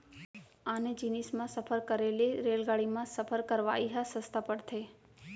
आने जिनिस म सफर करे ले रेलगाड़ी म सफर करवाइ ह सस्ता परथे